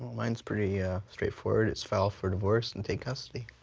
mine's pretty yeah straight forward. it's file for divorce and take custody.